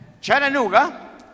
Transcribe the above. Chattanooga